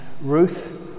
Ruth